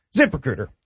ZipRecruiter